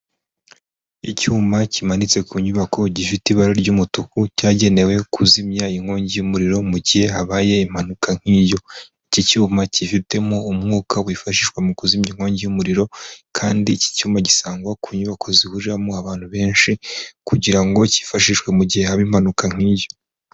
Icyuma kimanitse ku nyubako gifite ibara ry'umutuku cyagenewe kuzimya inkongi y'umuriro mu gihe habaye impanuka nk'iyo. Iki cyuma kifitemo umwuka wifashishwa mu kuzimya inkongi y'umuriro kandi iki cyuma gisangwa ku nyubako zihuriramo abantu benshi, kugira ngo cyifashishwe mu gihe haba impanuka nk'iyo.